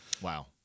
Wow